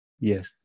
Yes